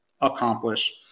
accomplish